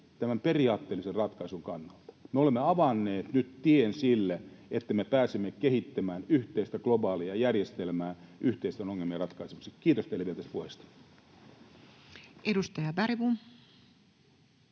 tämän periaatteellisen ratkaisun kannalta. Me olemme avanneet nyt tien sille, että me pääsemme kehittämään yhteistä globaalia järjestelmää yhteisten ongelmien ratkaisemiseksi. — Kiitos teille vielä tästä puheesta. Edustaja Bergbom.